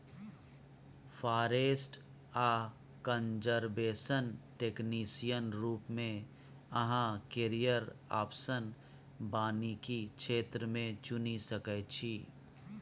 forest आ conservation technician रुप मे अहाँ कैरियर आप्शन बानिकी क्षेत्र मे चुनि सकै छी